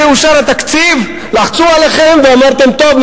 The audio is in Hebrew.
כשאושר התקציב לחצו עליכם ואמרתם: טוב,